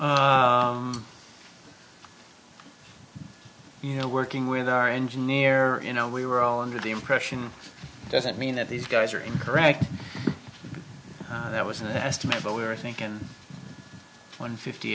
week you know working with our engineer you know we were all under the impression doesn't mean that these guys are incorrect there was an estimate but we were thinking one fifty